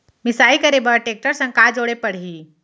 मिसाई करे बर टेकटर संग का जोड़े पड़ही?